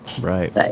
Right